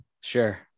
Sure